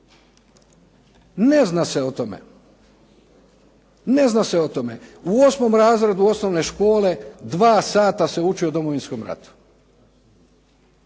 ne zna se o tome, ne zna se o tome. U osmom razredu osnovne škole dva sata se uči o Domovinskom ratu.